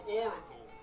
oracle